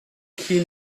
khi